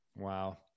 Wow